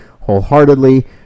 wholeheartedly